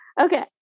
Okay